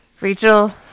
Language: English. Rachel